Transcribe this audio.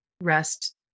rest